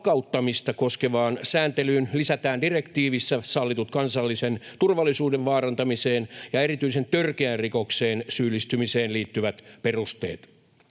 koskevaan sääntelyyn lisätään direktiivissä sallitut kansallisen turvallisuuden vaarantamiseen ja erityisen törkeään rikokseen syyllistymiseen liittyvät perusteet.